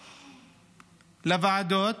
לוועדות,